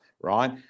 right